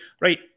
Right